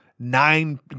Nine